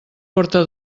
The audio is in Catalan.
porta